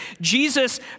Jesus